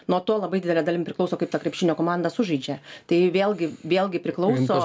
nuo to labai didele dalim priklauso kaip ta krepšinio komanda sužaidžia tai vėlgi vėlgi priklauso